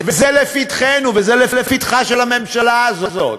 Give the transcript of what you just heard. וזה לפתחנו, וזה לפתחה של הממשלה הזאת,